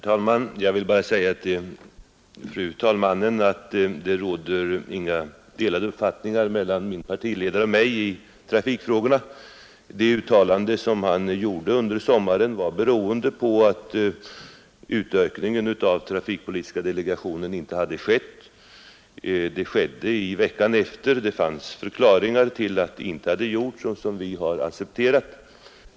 Herr talman! Jag vill bara säga till fru andre vice talmannen att det inte råder några delade uppfattningar mellan min partiledare och mig i trafikfrågorna. Det uttalande som denne gjorde under sommaren var föranlett av att det inte hade skett någon utökning av trafikpolitiska delegationen. En sådan utökning gjordes veckan därefter. Det fanns förklaringar till att det inte hade skett tidigare, vilka vi har accepterat.